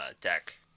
deck